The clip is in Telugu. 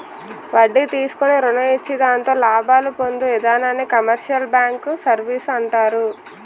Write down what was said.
వడ్డీ తీసుకుని రుణం ఇచ్చి దాంతో లాభాలు పొందు ఇధానాన్ని కమర్షియల్ బ్యాంకు సర్వీసు అంటారు